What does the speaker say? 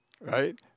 right